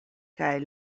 kaj